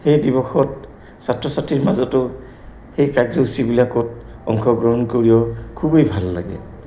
সেই দিৱসত ছাত্ৰ ছাত্ৰীৰ মাজতো সেই কাৰ্যচীবিলাকত অংশগ্ৰহণ কৰি খুবেই ভাল লাগে